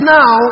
now